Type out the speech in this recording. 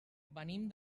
venim